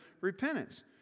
repentance